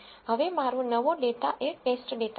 હવે મારો નવો ડેટા એ ટેસ્ટ ડેટા છે